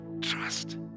trust